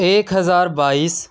ایک ہزار بائیس